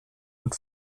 und